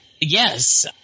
Yes